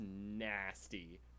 nasty